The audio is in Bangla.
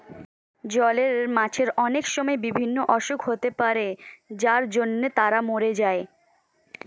জলের মাছের অনেক সময় বিভিন্ন অসুখ হতে পারে যার জন্য তারা মোরে যায়